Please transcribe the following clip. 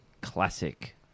classic